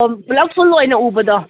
ꯄꯨꯂꯞ ꯐꯨꯜ ꯑꯣꯏꯅ ꯎꯕꯗꯣ